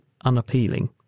unappealing